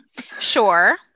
Sure